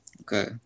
okay